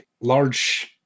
large